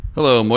Hello